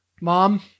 mom